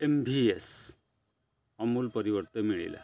M V S Amul ପରିବର୍ତ୍ତେ ମିଳିଲା